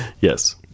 Yes